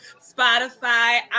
Spotify